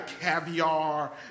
caviar